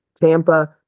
Tampa